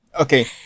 Okay